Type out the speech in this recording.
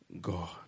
God